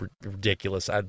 ridiculous